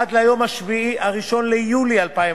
עד יום 1 ביולי 2011,